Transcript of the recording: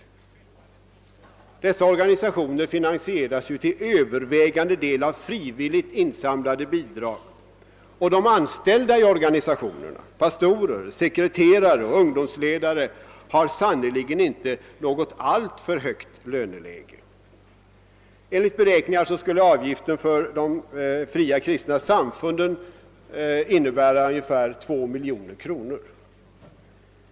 Sådana organisationer finansieras ju till övervägande del av frivilligt insamlade bidrag, och de anställda i organisationerna — pastorer, sekreterare och ungdomsledare — har sannerligen inte något högt löneläge. Enligt beräkningar skulle arbetsgivaravgiften från de fria kristna samfunden enligt förslaget uppgå till ungefär 2 miljoner kronor.